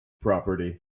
property